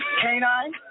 Canine